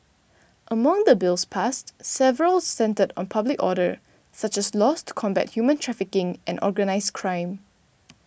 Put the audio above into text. among the bills passed several centred on public order such as laws to combat human trafficking and organised crime